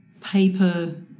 paper